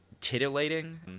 titillating